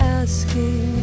asking